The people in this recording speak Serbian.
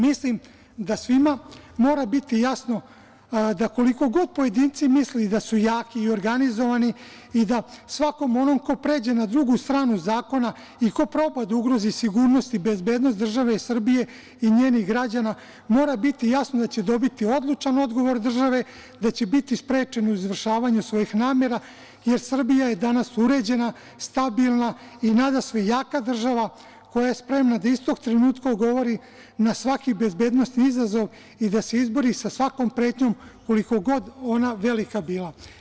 Mislim da svima mora biti jasno da koliko god pojedinci mislili da su jaki i organizovani, da svakom onom ko pređe na drugu stranu zakona i ko proba da ugrozi sigurnost i bezbednost države Srbije i njenih građana mora biti jasno da će dobiti odlučan odgovor države, da će biti sprečen u izvršavanju svojih namera, jer Srbija je danas uređena, stabilna i nadasve jaka država koja je spremna da istog trenutka odgovori na svaki bezbednosni izazov i da se izbori sa svakom pretnjom koliko god ona velika bila.